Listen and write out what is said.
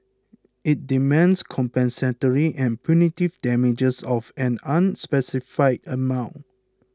it demands compensatory and punitive damages of an unspecified amount